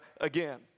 again